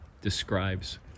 describes